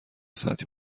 ساعتی